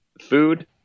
food